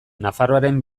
nafarroaren